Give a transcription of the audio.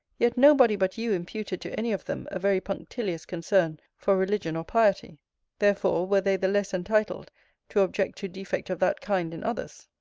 yet no body but you imputed to any of them a very punctilious concern for religion or piety therefore were they the less entitled to object to defect of that kind in others.